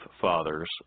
fathers